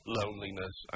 loneliness